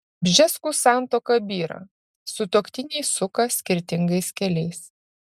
bžeskų santuoka byra sutuoktiniai suka skirtingais keliais